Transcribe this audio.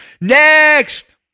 Next